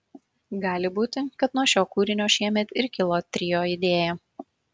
gali būti kad nuo šio kūrinio šiemet ir kilo trio idėja